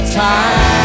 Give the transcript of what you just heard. time